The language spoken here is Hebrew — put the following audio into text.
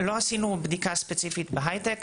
לא עשינו בדיקה ספציפית בהייטק,